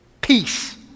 Peace